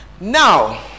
Now